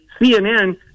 CNN